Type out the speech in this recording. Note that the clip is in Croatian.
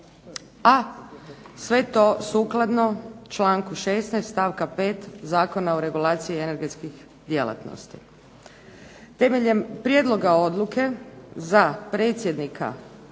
a sve to sukladno članku 16. stavka 5. Zakona o regulaciji energetskih djelatnosti. Temeljem Prijedloga odluke za predsjednika